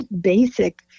basic